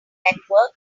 network